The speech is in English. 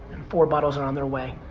and four bottles are on there way.